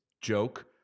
joke